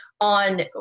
on